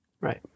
Right